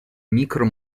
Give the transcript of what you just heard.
micro